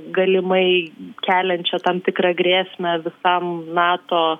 galimai keliančią tam tikrą grėsmę visam nato